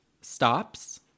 stops